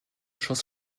schuss